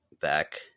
back